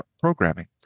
programming